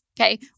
Okay